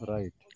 Right